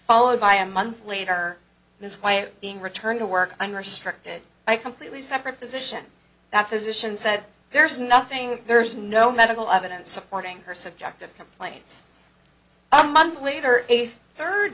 followed by a month later this by being returned to work on restricted i completely separate position that position said there's nothing there's no medical evidence supporting her subjective complaints a month later a third